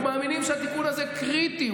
אנחנו מאמינים שהתיקון הזה קריטי,